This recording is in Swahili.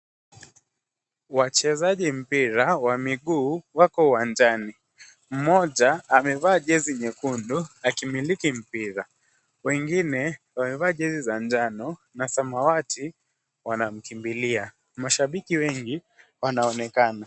Wachezaji mpira wa miguu wako uwanjani, mmoja amevaa jezi nyekundu akimiliki mpira. Wengine wamevaa jezi za njano na samawati wanamkimbilia. Mashabiki wengi wanaonekana.